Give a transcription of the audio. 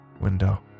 window